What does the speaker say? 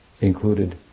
included